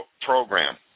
program